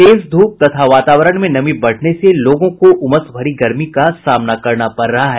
तेज ध्रप तथा वातावरण में नमी बढ़ने से लोगों को उमस भरी गर्मी का सामना करना पड़ रहा है